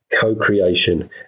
co-creation